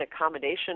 accommodation